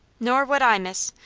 nor would i, miss.